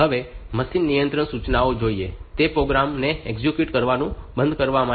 હવે મશીન નિયંત્રણ સૂચનાઓ જોઈએ તે પ્રોગ્રામ ને એક્ઝિક્યુટ કરવાનું બંધ કરવામાટેની અટકાવો સૂચના છે